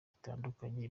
bitandukanye